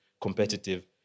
competitive